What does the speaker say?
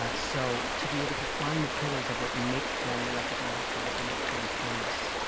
ah so, to be able to find the pillars of what makes them recognizable, what makes them famous,